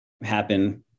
happen